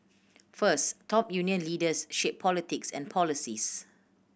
first top union leaders shape politics and policies